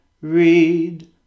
read